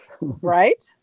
Right